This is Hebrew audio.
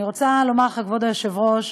אני רוצה לומר לך, כבוד היושב-ראש,